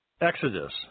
Exodus